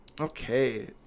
okay